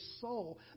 soul